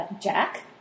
Jack